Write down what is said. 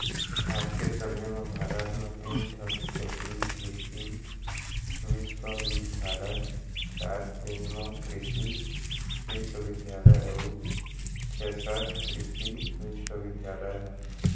आज के समे म भारत म तीन ठन केन्द्रीय कृसि बिस्वबिद्यालय, चार डीम्ड कृसि बिस्वबिद्यालय अउ चैंसठ कृसि विस्वविद्यालय ह